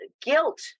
guilt